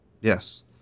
Yes